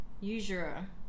Usurer